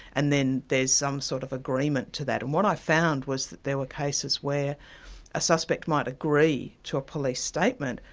and then there's some sort of agreement to that. and what i found was that there were cases where a suspect might agree to a police statement,